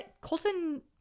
Colton